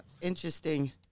interesting